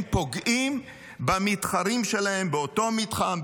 הם פוגעים במתחרים שלהם באותו מתחם,